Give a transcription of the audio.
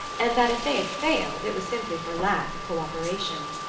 and that if they had failed it was simply for lack of co-operation.